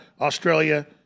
Australia